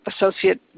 Associate